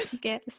guess